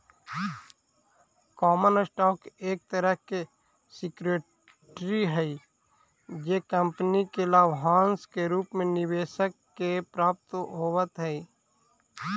common stock एक तरह के सिक्योरिटी हई जे कंपनी के लाभांश के रूप में निवेशक के प्राप्त होवऽ हइ